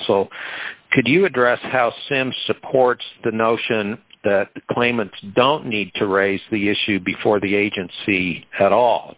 l could you address how sam supports the notion that claimants don't need to raise the issue before the agency at